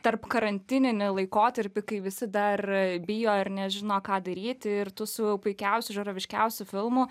tarpkarantininį laikotarpį kai visi dar bijo ir nežino ką daryti ir tu su puikiausiu žiūroviškiausiu filmu